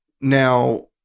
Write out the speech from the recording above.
Now